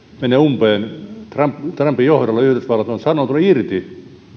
mene umpeen trumpin johdolla yhdysvallat on sanoutunut irti